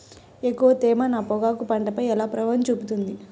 ఎక్కువ తేమ నా పొగాకు పంటపై ఎలా ప్రభావం చూపుతుంది?